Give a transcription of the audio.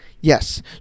yes